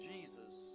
Jesus